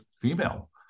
female